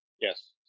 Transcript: yes